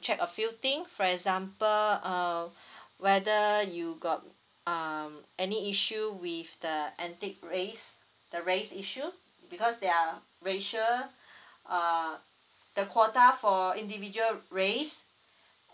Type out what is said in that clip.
check a few thing for example uh whether you got um any issue with the ethnic race the race issue because they are racial uh the quota for individual race